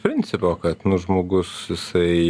principo kad nu žmogus jisai